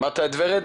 שמעת את ורד?